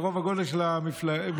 מרוב הגודל של הממשלה.